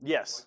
Yes